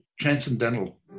transcendental